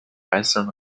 einzelnen